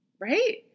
right